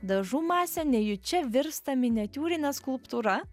dažų masė nejučia virsta miniatiūrine skulptūra